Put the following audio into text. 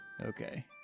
Okay